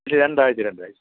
ഒരു രണ്ടാഴ്ച രണ്ടാഴ്ച